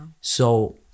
So-